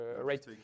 right